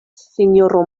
sinjoro